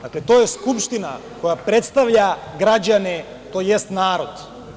Dakle, to je Skupština koja predstavlja građane, tj. narod.